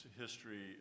history